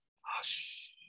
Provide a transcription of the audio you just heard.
hush